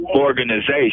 organization